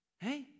Hey